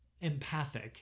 empathic